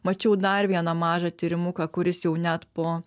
mačiau dar vieną mažą tyrimuką kuris jau net po